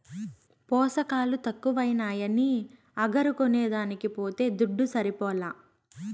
పోసకాలు తక్కువైనాయని అగరు కొనేదానికి పోతే దుడ్డు సరిపోలా